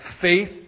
faith